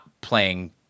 playing